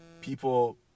people